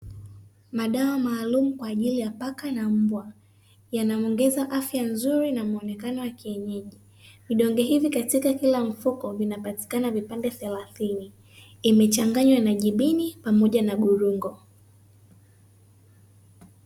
Madawa maalumu kwaajili ya paka na mbwa. Yanaongeza afya nzuri na muonekano wa kienyeji. Vidonge hivi katika kila mfuko, vinapatikana vipande thelathini. Imechanganywa na jibini pamoja na gurungo.